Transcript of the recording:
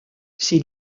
ces